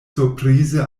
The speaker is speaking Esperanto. surprize